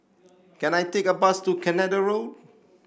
can I take a bus to Canada Road